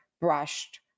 brushed